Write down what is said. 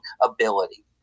ability